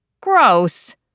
Gross